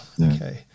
okay